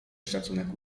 szacunek